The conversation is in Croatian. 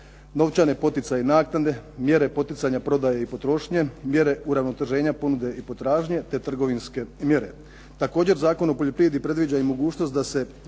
novčane poticaje i naknade, mjere poticanja prodaje i potrošnje, mjere uravnoteženja ponude i potražnje te trgovinske mjere. Također, Zakon o poljoprivredi predviđa i mogućnost da se